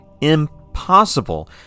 impossible